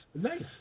Nice